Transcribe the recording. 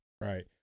Right